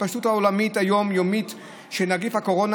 ההתפשטות העולמית היום-יומית של נגיף הקורונה,